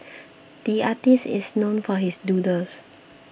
the artist is known for his doodles